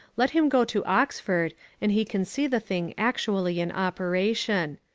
let him go to oxford and he can see the thing actually in operation.